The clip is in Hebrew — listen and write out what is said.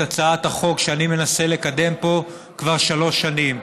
הצעת החוק שאני מנסה לקדם פה כבר שלוש שנים,